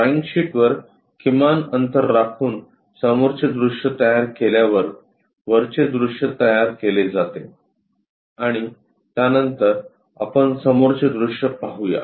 drawing शीटवर किमान अंतर राखून समोरचे दृश्य तयार केल्यावर वरचे दृश्य तयार केले जाते आणि त्यानंतर आपण समोरचे दृश्य पाहू या